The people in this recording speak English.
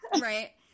Right